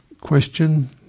question